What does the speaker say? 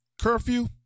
curfew